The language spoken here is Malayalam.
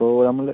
ഓ നമ്മള്